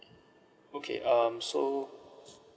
okay um so